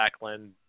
Backlund